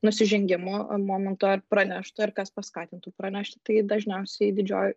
nusižengimo momento ar praneštų ar kas paskatintų pranešti tai dažniausiai didžioji